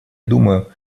думаю